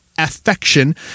affection